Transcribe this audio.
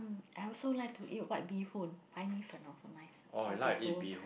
em I also like to eat white bee-hoon so nice white bee-hoon